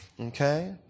Okay